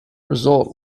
result